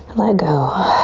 let it go.